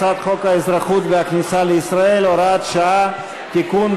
הצעת חוק האזרחות והכניסה לישראל (הוראת שעה) (תיקון,